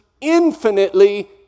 infinitely